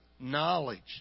knowledge